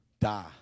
Die